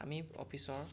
আমি অফিচৰ